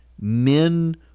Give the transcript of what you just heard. men